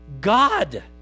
God